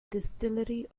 distillery